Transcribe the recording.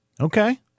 Okay